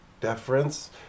deference